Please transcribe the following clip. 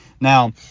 Now